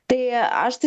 tai aš tai